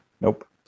Nope